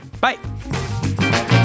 Bye